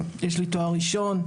יש לי תואר ראשון,